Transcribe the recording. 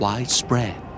Widespread